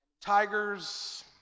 tigers